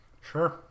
Sure